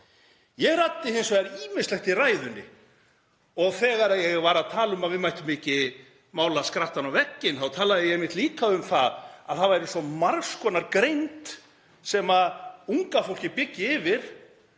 Ég ræddi hins vegar ýmislegt í ræðunni og þegar ég var að tala um að við mættum ekki mála skrattann á vegginn þá talaði ég einmitt líka um það að það væri svo margs konar greind sem unga fólkið byggi yfir